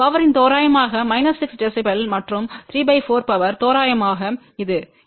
பவர்யின் தோராயமாக 6 dB மற்றும் ¾ power தோராயமாக இது இங்கே